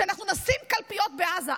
שאנחנו נשים קלפיות בעזה.